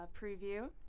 preview